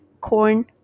corn